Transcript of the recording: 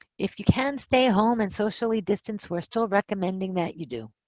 if you can stay home and socially distance, we're still recommending that you do.